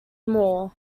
more